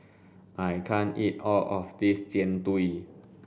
I can't eat all of this Jian Dui